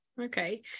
Okay